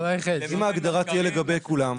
אם ההגדרה תהיה לגבי כולם,